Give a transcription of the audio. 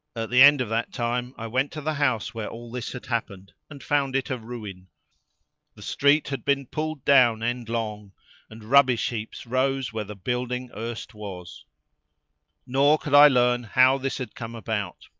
the end of that time i went to the house where all this had happened and found it a ruin the street had been pulled down endlong and rubbish heaps rose where the building erst was nor could i learn how this had come about.